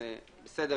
בסדר,